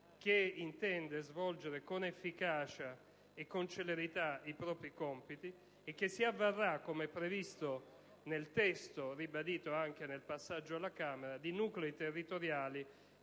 chiamata a svolgerà con efficacia e con celerità i propri compiti e che si avvarrà, come è previsto nel testo ribadito anche nel passaggio alla Camera, di nuclei territoriali